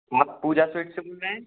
आप पूजा स्वीट से बोल रहे हैं